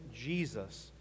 Jesus